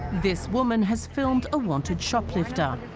this woman has filmed a wanted shoplifter